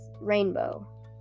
rainbow